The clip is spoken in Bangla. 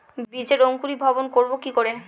বীজের অঙ্কুরিভবন করব কি করে?